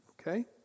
Okay